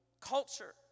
Culture